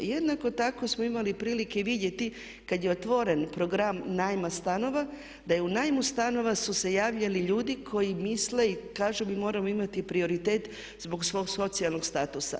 Jednako tako smo imali i prilike vidjeti kad je otvoren program najma stanova da je u najmu stanova su se javljali ljudi koji misle i kažu mi moramo imati prioritet zbog svog socijalnog statusa.